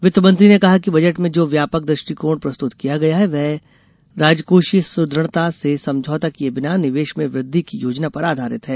वित्तमंत्री ने कहा कि बजट में जो व्यापक दृष्टिकोण प्रस्तुत किया गया है वह राजकोषीय सुद्रढता से समझौता किये बिना निवेश में वृद्वि की योजना पर आधारित है